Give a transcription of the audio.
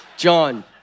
John